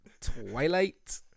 Twilight